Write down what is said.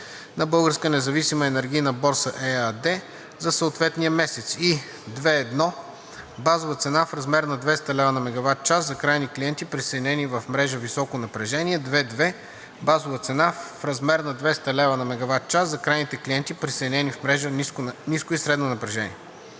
на „Българска независима енергийна борса“ ЕАД за съответния месец и: 2.1. базова цена в размер на 200 лв./MWh за крайни клиенти, присъединени в мрежа високо напрежение. 2.2. базова цена в размер на 200 лв./MWh за крайни клиенти, присъединени в мрежа ниско и средно напрежение.